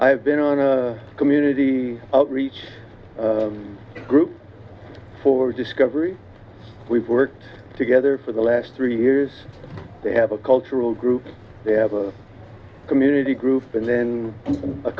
have been on a community outreach group for discovery we've worked together for the last three years they have a cultural group they have a community group and then a